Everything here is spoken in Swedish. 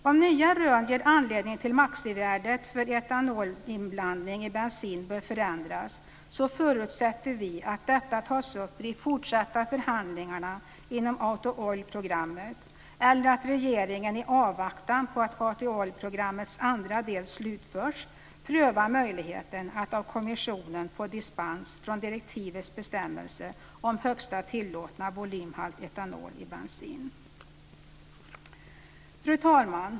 Om nya rön ger anledning att förändra maxivärdet för etanolinblandning i bensin, förutsätter vi att detta tas upp i de fortsatta förhandlingarna inom Auto oil-programmets andra del slutförs, prövar möjligheten att av kommissionen få dispens från direktivets bestämmelser om högsta tillåtna volymhalt etanol i bensin. Fru talman!